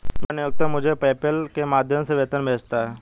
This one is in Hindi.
मेरा नियोक्ता मुझे पेपैल के माध्यम से वेतन भेजता है